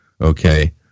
okay